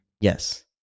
yes